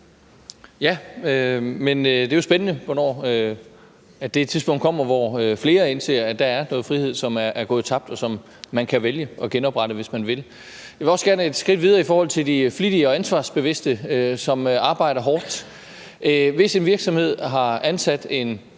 (RV): Det er jo spændende, hvornår det tidspunkt kommer, hvor flere indser, at der er noget frihed, der er gået tabt, og som man kan vælge at genoprette, hvis man vil. Jeg vil også gerne et skridt videre i forhold til de flittige og ansvarsbevidste, som arbejder hårdt. Hvis en virksomhed har ansat en